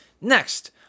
Next